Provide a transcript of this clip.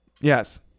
Yes